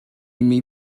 imi